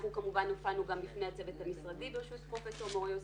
אנחנו כמובן הופענו גם בפני הצוות המשרדי בראשות פרופסור מור יוסף.